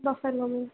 buffalo milk